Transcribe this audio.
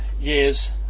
years